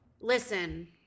listen